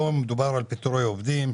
פה מדובר על פיטורי עובדים,